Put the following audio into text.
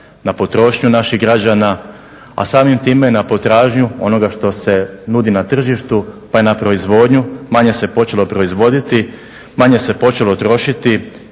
na potrošnju naših građana a samim time na potražnju onoga što se nudi na tržištu, pa i na proizvodnju, manje se počelo proizvoditi, manje se počelo trošiti,